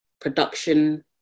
production